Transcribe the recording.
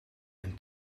een